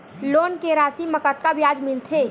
Loan के राशि मा कतका ब्याज मिलथे?